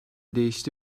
değişti